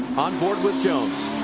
on board with jones.